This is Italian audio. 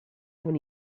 con